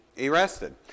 arrested